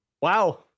wow